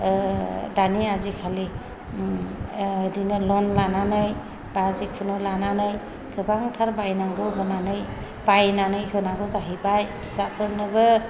दानि आजिखालि बिदिनो ल'न लानानै बा जिखुनु लानानै गोबांथार बायनांगौ होनानै बायनानै होनांगौ जाहैबाय फिसाफोरनोबो